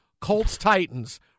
Colts-Titans